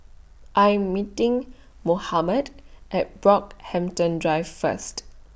I Am meeting Mohamed At Brockhampton Drive First